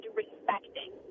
respecting